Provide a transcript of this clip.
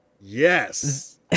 yes